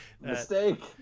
Mistake